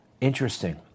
Interesting